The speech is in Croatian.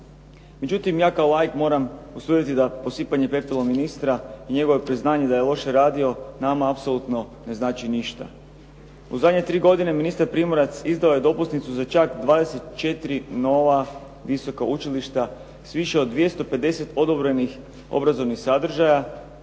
Međutim, ja kao laik moram prosuditi da posipanje pepelom ministra i njegovo priznanje da je loše radio nama apsolutno ne znači ništa. U zadnje tri godine ministar Primorac izdao je dopusnicu za čak 24 nova visoka učilišta s više od 250 odobrenih obrazovnih sadržaja